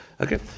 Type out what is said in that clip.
Okay